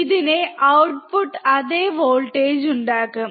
ഇതിന് ഔട്ട്പുട്ടിന്റെ അതേ വോൾട്ടേജ് ഉണ്ടാകും